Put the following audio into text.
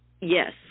Yes